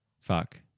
Fuck